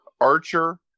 Archer